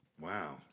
Wow